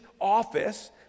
office